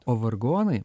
o vargonai